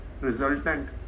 resultant